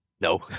No